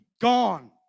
gone